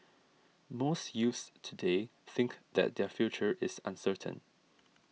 most youths today think that their future is uncertain